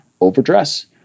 overdress